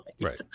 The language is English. Right